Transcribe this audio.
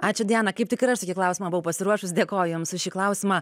ačiū diana kaip tik ir aš tokį klausimą buvau pasiruošus dėkoju jums už šį klausimą